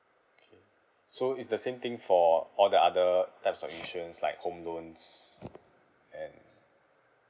K so is the same thing for all the other types of insurance like home loans and